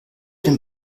den